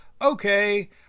Okay